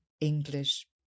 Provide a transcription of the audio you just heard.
English